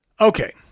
Okay